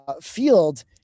field